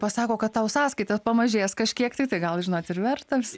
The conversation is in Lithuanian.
pasako kad tau sąskaita pamažės kažkiek tai tai gal žinot ir vertas